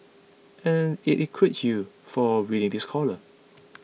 and it includes you for reading this column